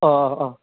अह अह अह